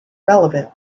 relevant